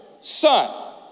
son